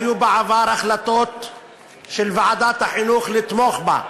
היו בעבר החלטות של ועדת החינוך לתמוך בה,